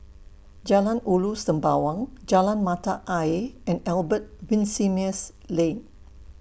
Jalan Ulu Sembawang Jalan Mata Ayer and Albert Winsemius Lane